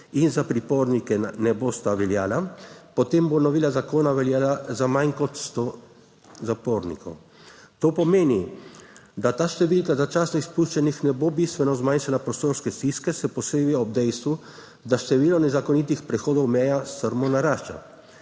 in za pripornike ne bosta veljala, potem bo novela zakona veljala za manj kot sto zapornikov. To pomeni, da ta številka začasnih izpuščaji ne bo bistveno zmanjšala prostorske stiske, še posebej ob dejstvu, da število nezakonitih prehodov meja strmo narašča.